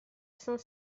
saint